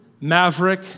Maverick